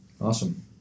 Awesome